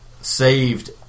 saved